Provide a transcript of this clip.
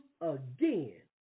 again